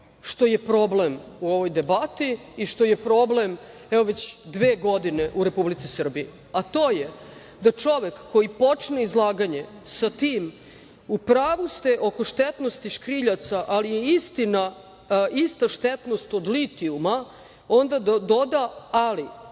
što je problem u ovoj debati i što je problem već dve godine u Republici Srbiji. To je da čovek koji počne izlaganje sa tim - upravu ste oko štetnosti škriljaca, ali je istina ista štetnost od litijuma, onda doda - ali